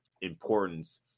importance